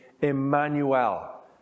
Emmanuel